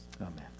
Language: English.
amen